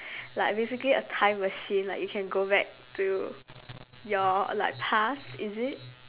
like basically a time machine like you can go back to your like past is it